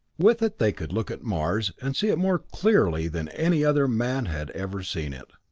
with it they could look at mars and see it more clearly than any other man had ever seen it,